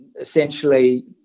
essentially